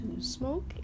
smoke